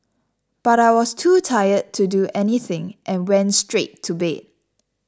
but I was too tired to do anything and went straight to bed